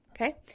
Okay